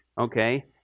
Okay